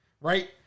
Right